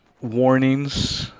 warnings